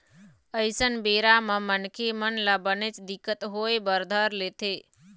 अइसन बेरा म मनखे मन ल बनेच दिक्कत होय बर धर लेथे